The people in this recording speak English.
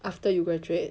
after you graduate